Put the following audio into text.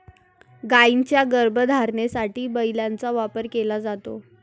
गायींच्या गर्भधारणेसाठी बैलाचा वापर केला जातो